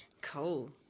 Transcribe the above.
Cool